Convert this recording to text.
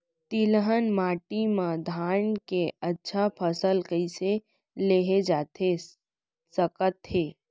तिलहन माटी मा धान के अच्छा फसल कइसे लेहे जाथे सकत हे?